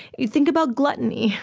you think about gluttony,